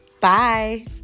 Bye